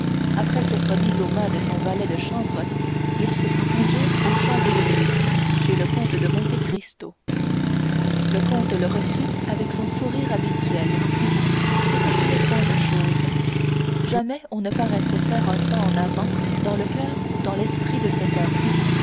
après s'être mis aux mains de son valet de chambre il se fit conduire aux champs-élysées chez le comte de monte cristo le comte le reçut avec son sourire habituel c'était une étrange chose jamais on ne paraissait faire un pas en avant dans le coeur ou dans l'esprit de cet homme